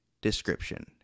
description